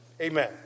Amen